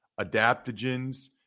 adaptogens